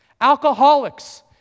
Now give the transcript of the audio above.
Alcoholics